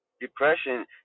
depression